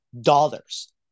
dollars